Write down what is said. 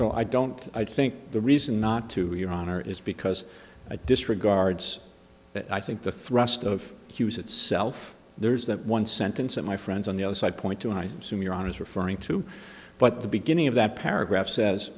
so i don't i think the reason not to your honor is because a disregards that i think the thrust of hughes itself there's that one sentence that my friends on the other side point to i assume you're on is referring to but the beginning of that paragraph says